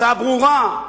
הצעה ברורה,